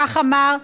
כך אמר,